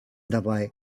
dabei